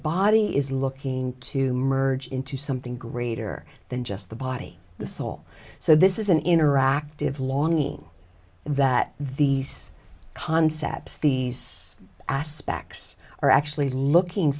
body is looking to merge into something greater than just the body the soul so this is an interactive longing that these concepts these aspects are actually looking